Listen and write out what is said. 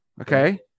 Okay